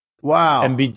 Wow